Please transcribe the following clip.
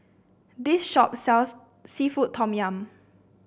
this shop sells seafood Tom Yum